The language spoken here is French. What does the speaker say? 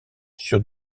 sur